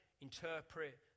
interpret